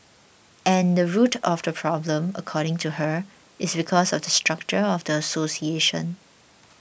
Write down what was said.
and the root of the problem according to her is because of the structure of the association